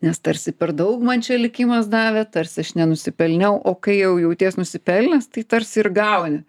nes tarsi per daug man čia likimas davė tarsi aš nenusipelniau o kai jau jauties nusipelnęs tai tarsi ir gauni